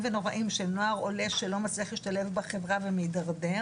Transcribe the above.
ונוראים של נוער עולה שלא מצליח להשתלב בחברה ומידרדר,